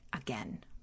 again